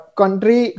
country